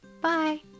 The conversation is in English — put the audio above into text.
Bye